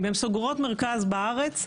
אם הן סוגרות מרכז בארץ,